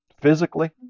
Physically